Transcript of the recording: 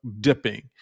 dipping